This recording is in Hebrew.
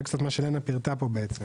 זה קצת מה שלנה פירטה פה בעצם.